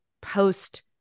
post-